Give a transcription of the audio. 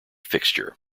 fixture